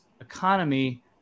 economy